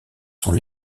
sont